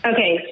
Okay